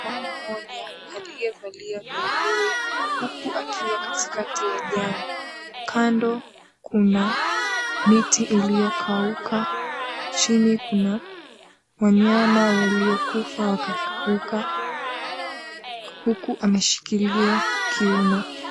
Mama mmoja aliyevalia buibui huku akiwa katikati ya jangwa. Kando kuna miti iliyokauka, chini kuna wanyama waliokufa wakakauka huku ameshikilia kiuno.